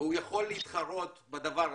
והוא יכול להתחרות בזה,